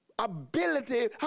Ability